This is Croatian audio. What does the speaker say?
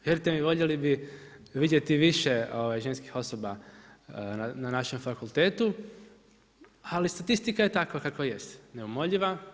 Vjerujte mi, voljeli bi vidjeti više ženskih osoba na našem fakultetu ali statistika je takva kakva jest neumoljiva.